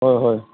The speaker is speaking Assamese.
হয় হয়